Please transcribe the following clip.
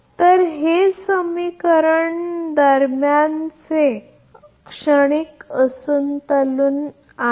तर हे समीकरण दरम्यानचे क्षणिक असंतुलन आहे